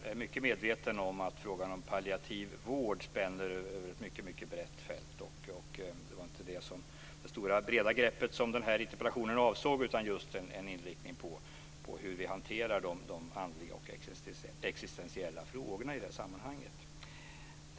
Jag är mycket medveten om att frågan om palliativ vård spänner över ett mycket brett fält. Det var inte detta stora och breda grepp som den här interpellationen avsåg, utan den är inriktad på hur vi hanterar de andliga och existentiella frågorna i det här sammanhanget.